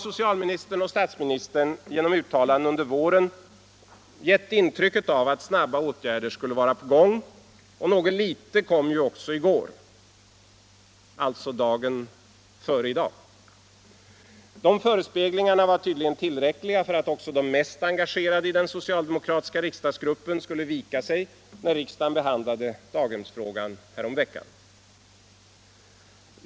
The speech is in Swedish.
Socialministern och statsministern har genom uttalanden under våren gett det intrycket att snabba åtgärder var på gång, och något litet kom också i går — alltså dagen före i dag. Dessa förespeglingar var tillräckliga för att också de mest engagerade i den socialdemokratiska riksdagsgruppen skulle vika sig när riksdagen behandlade daghemsfrågan häromveckan.